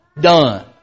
done